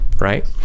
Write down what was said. right